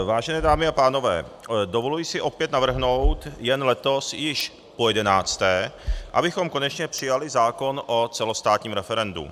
Vážené dámy a pánové, dovoluji si opět navrhnout jen letos již pojedenácté, abychom konečně přijali zákon o celostátním referendu.